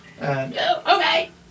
Okay